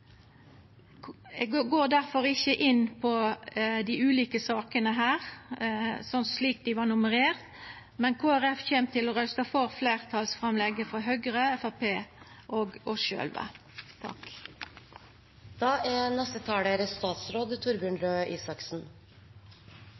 Eg går difor ikkje inn på sakene her, slik dei var nummererte, men Kristeleg Folkeparti kjem til å røysta for fleirtalsframlegget frå Høgre, Framstegspartiet og oss sjølve. Kanskje særlig i disse dager ser vi veldig godt illustrert hvor viktig jobb er.